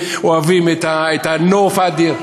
אוהבים את הנוף האדיר.